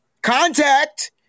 Contact